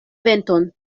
venton